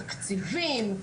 תקציבים,